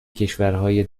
کشورهای